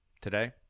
today